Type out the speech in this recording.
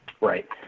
right